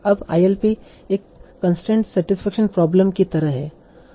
अब ILP एक constraint satisfaction problem की तरह है